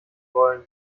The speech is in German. wollen